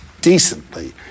decently